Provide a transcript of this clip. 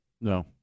no